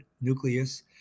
nucleus